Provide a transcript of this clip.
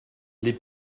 les